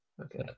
Okay